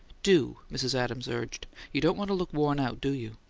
do! mrs. adams urged. you don't want to look worn out, do you?